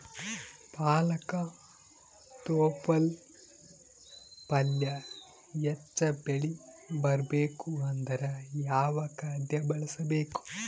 ಪಾಲಕ ತೊಪಲ ಪಲ್ಯ ಹೆಚ್ಚ ಬೆಳಿ ಬರಬೇಕು ಅಂದರ ಯಾವ ಖಾದ್ಯ ಬಳಸಬೇಕು?